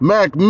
Mac